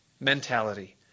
mentality